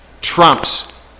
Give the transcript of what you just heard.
trumps